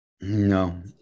No